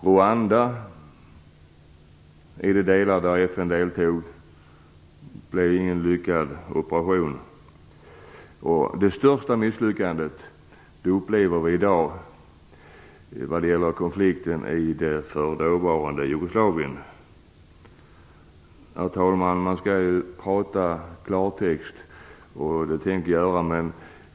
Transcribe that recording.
Även i Rwanda deltog FN. Det var ingen lyckad operation. Det största misslyckandet kan vi i dag uppleva när det gäller konflikten i det forna Jugoslavien. Herr talman! Man skall tala klartext, och det tänker jag göra.